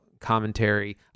commentary